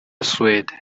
suede